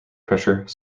pressure